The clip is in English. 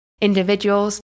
individuals